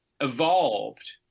evolved